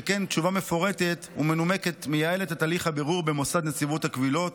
שכן תשובה מפורטת ומנומקת מייעלת את הליך הבירור במוסד נציבות הקבילות